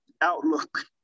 outlook